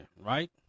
right